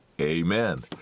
Amen